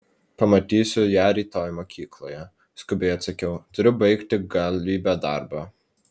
pamatysiu ją rytoj mokykloje skubiai atsakiau turiu baigti galybę darbo